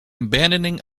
abandoning